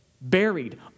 buried